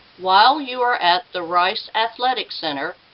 while you are at the rice athletic center,